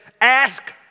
ask